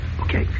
Okay